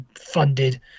funded